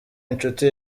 inshuti